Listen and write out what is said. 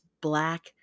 black